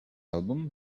album